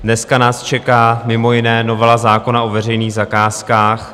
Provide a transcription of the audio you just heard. Dnes nás čeká mimo jiné novela zákona o veřejných zakázkách.